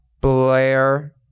Blair